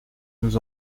nous